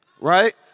right